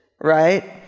right